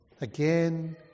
again